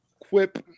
quip